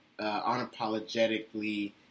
unapologetically